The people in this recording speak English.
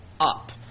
up